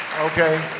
Okay